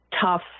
tough